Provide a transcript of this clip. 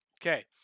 Okay